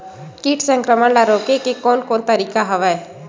कीट संक्रमण ल रोके के कोन कोन तरीका हवय?